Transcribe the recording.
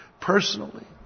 personally